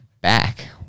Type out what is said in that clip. back